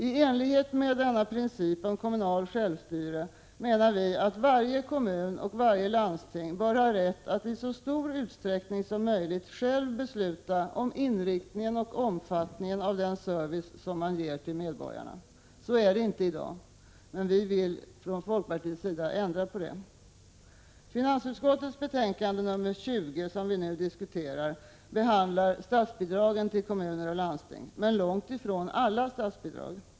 I enlighet med principen om kommunal självstyrelse bör varje kommun och varje landsting ha rätt att i så stor utsträckning som möjligt själv besluta om inriktningen och omfattningen av den service som ges till medborgarna. Så är det inte i dag. Detta vill vi i folkpartiet ändra på. I finansutskottets betänkande nr 20, som vi nu diskuterar, behandlas statsbidragen till kommuner och landsting, men långt ifrån alla statsbidrag.